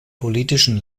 politischen